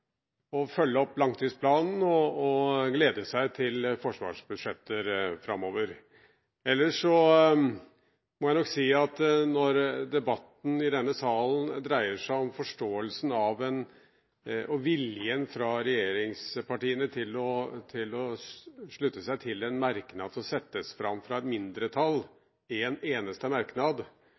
å følge opp langtidsplanen og glede seg til forsvarsbudsjetter framover. Ellers må jeg si at når debatten i denne salen dreier seg om forståelsen av og viljen fra regjeringspartiene til å slutte seg til en merknad som settes fram fra et mindretall – én eneste merknad